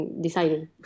deciding